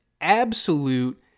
absolute